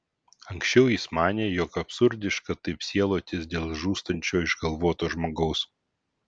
anksčiau jis manė jog absurdiška taip sielotis dėl žūstančio išgalvoto žmogaus